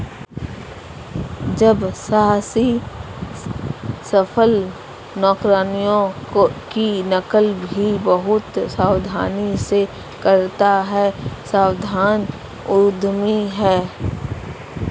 जब साहसी सफल नवकरणों की नकल भी बहुत सावधानी से करता है सावधान उद्यमी है